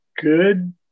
good